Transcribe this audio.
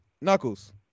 Knuckles